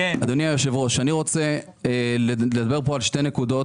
אדוני היושב-ראש, אני רוצה לדבר פה על שתי נקודות,